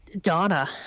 Donna